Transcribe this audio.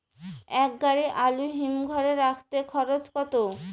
এক গাড়ি আলু হিমঘরে রাখতে খরচ কত?